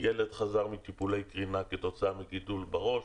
ילד שחזר מטיפולי קרינה כתוצאה מגידול בראש,